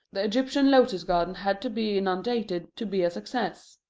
the egyptian lotus garden had to be inundated to be a success.